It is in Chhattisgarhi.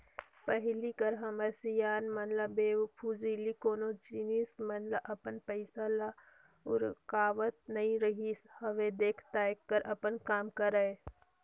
पहिली कर हमर सियान मन ह बेफिजूल कोनो जिनिस मन म अपन पइसा ल उरकावत नइ रिहिस हवय देख ताएक कर अपन काम करय